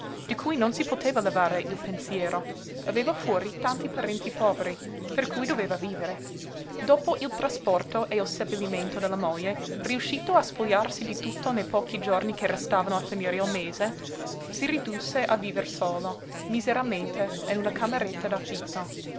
di cui non si poteva levare il pensiero aveva fuori tanti parenti poveri per cui doveva vivere dopo il trasporto e il seppellimento della moglie riuscito a spogliarsi di tutto nei pochi giorni che restavano a finire il mese si ridusse a viver solo miseramente in una cameretta d'affitto